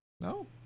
No